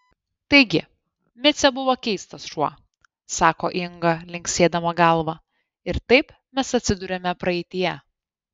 taigi micė buvo keistas šuo sako inga linksėdama galva ir taip mes atsiduriame praeityje